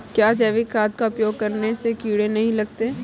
क्या जैविक खाद का उपयोग करने से कीड़े नहीं लगते हैं?